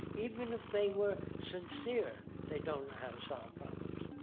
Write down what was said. even if they were sincere, they don't know how to solve problems.